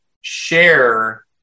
share